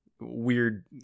weird